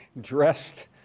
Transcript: dressed